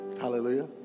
Hallelujah